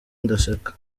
ndaseka